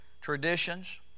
Traditions